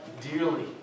dearly